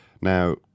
Now